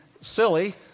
silly